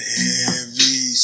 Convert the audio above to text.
heavy